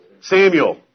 Samuel